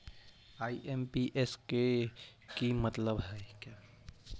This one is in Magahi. आई.एम.पी.एस के कि मतलब है?